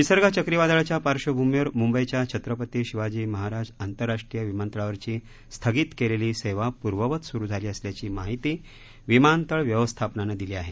निसर्ग चक्रीवादळाच्या पार्श्वभूमीवर मुंबईच्या छत्रपती शिवाजी महाराज आंतरराष्ट्रीय विमानतळावरची स्थगित केलेली सेवा पुर्ववत सुरु झाली असल्याची माहिती विमानतळ व्यवस्थापनानं दिली आहे